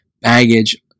baggage